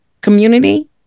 community